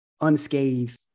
unscathed